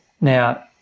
now